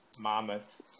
mammoth